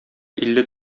илле